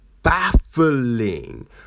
Baffling